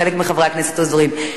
חבל שחברים עוזבים,